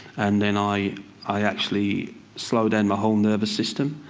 and then i i actually slow down my whole nervous system.